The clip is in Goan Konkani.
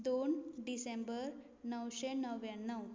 दोन डिसेंबर णवशें णव्याण्णव